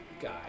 guy